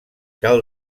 cal